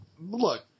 look